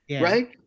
right